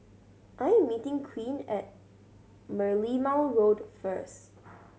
I am meeting Queen at Merlimau Road first